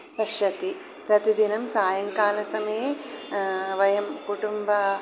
पश्यति प्रतिदिनं सायङ्कालसमये वयं कुटुम्ब